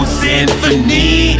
symphony